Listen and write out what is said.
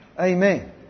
Amen